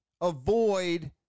avoid